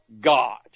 God